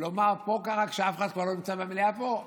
כלומר, פה קרה, כשאף אחד לא נמצא במליאה פה,